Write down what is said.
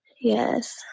Yes